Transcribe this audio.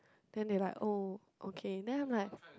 then they like oh okay then I'm like